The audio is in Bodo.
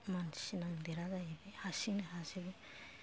मानसि नांदेरा जाहैबाय हारसिंनो हाजोबो